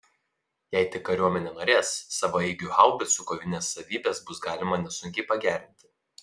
jei tik kariuomenė norės savaeigių haubicų kovinės savybės bus galima nesunkiai pagerinti